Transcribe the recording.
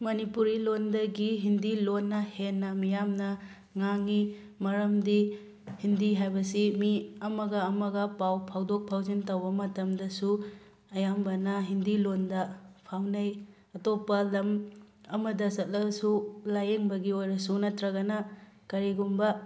ꯃꯅꯤꯄꯨꯔꯤ ꯂꯣꯟꯗꯒꯤ ꯍꯤꯟꯗꯤ ꯂꯣꯟꯅ ꯍꯦꯟꯅ ꯃꯤꯌꯥꯝꯅ ꯉꯥꯡꯉꯤ ꯃꯔꯝꯗꯤ ꯍꯤꯟꯗꯤ ꯍꯥꯏꯕꯁꯤ ꯃꯤ ꯑꯃ ꯑꯃꯒ ꯄꯥꯎ ꯐꯥꯎꯗꯣꯛ ꯐꯥꯎꯖꯤꯟ ꯇꯧꯕ ꯃꯇꯝꯗꯁꯨ ꯑꯌꯥꯝꯕꯅ ꯍꯤꯟꯗꯤ ꯂꯣꯟꯗ ꯐꯥꯎꯅꯩ ꯑꯇꯣꯞꯄ ꯂꯝ ꯑꯃꯗ ꯆꯠꯂꯁꯨ ꯂꯥꯏꯌꯦꯡꯕꯒꯤ ꯑꯣꯏꯔꯁꯨ ꯅꯠꯇ꯭ꯔꯒꯅ ꯀꯔꯤꯒꯨꯝꯕ